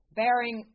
bearing